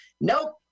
nope